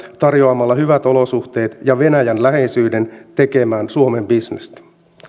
tarjoamalla hyvät olosuhteet ja venäjän läheisyyden houkutella myös tällaisia oppilaitoksia tekemään suomeen bisnestä